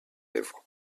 lèvres